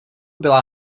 byla